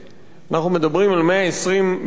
אנחנו מדברים על 120 מיליארד,